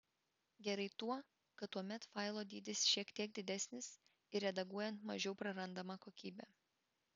gerai tuo kad tuomet failo dydis šiek tiek didesnis ir redaguojant mažiau prarandama kokybė